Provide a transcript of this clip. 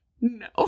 no